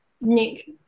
Nick